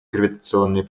гравитационной